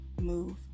move